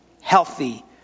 healthy